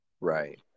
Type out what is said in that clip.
Right